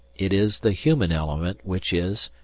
it is the human element which is,